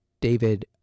David